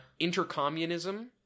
Intercommunism